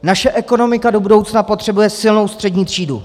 Naše ekonomika do budoucna potřebuje silnou střední třídu.